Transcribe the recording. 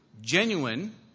genuine